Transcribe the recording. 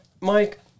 Mike